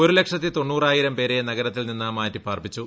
ഒരു ലക്ഷത്തി തൊണ്ണൂറായിരം പേരെ നഗരത്തിൽ നിന്ന് മാറ്റിപ്പാർപ്പിച്ചു